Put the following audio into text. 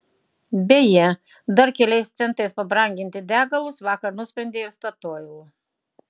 beje dar keliais centais pabranginti degalus vakar nusprendė ir statoil